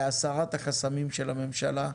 בהסרת החסמים של הממשלה,